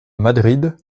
madrid